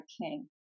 king